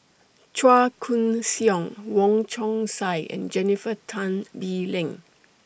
Chua Koon Siong Wong Chong Sai and Jennifer Tan Bee Leng